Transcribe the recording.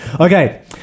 Okay